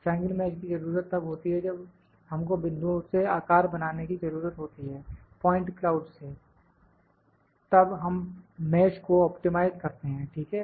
triangle mesh की जरूरत तब होती है जब हमको बिंदुओं से आकार बनाने की जरूरत होती है पॉइंट क्लाउड से तब हम मैश को ऑप्टिमाइज करते हैं ठीक है